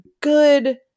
good